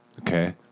Okay